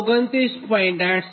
806 5